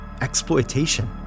exploitation